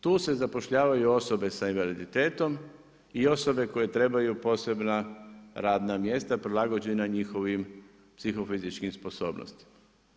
Tu se zapošljavaju osobe s invaliditetom i osobe koje trebaju posebna radna mjesta, prilagođenim njihovim psihofizičkim sposobnostima.